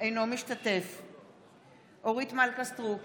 אינו משתתף בהצבעה אורית מלכה סטרוק,